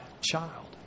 child